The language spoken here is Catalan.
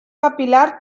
capil·lar